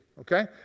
Okay